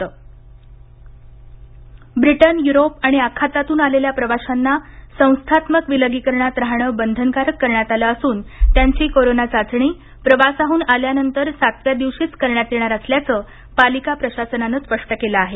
Mumbai Britain Europe आणि आखातातून आलेल्या प्रवाशांना संस्थात्मक विलगीकरणात राहणे बंधनकारक करण्यात आले असून त्यांची करोना चाचणी प्रवासाहून आल्यानंतर सातव्या दिवशीच करण्यात येणार असल्याचे पालिका प्रशासनानं स्पष्ट केलं आहे